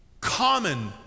common